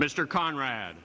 mr conrad